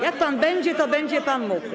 Jak pan będzie, to będzie pan mógł.